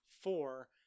four